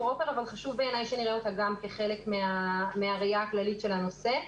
חשוב שנראה אותו גם כחלק מן הראייה הכללית של הנושא,